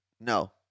No